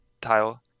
tile